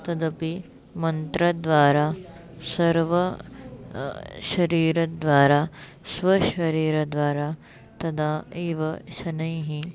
तदपि मन्त्रद्वारा सर्वं शरीरद्वारा स्वशरीरद्वारा तदा एव शनैः